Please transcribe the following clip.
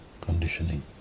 conditioning